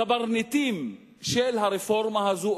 הקברניטים של הרפורמה הזאת,